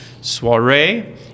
soiree